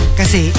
kasi